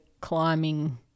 climbing